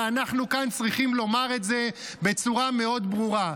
ואנחנו כאן צריכים לומר את זה בצורה מאוד ברורה.